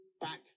back